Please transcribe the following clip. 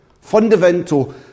fundamental